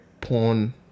porn